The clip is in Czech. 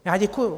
Já děkuju.